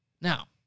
Now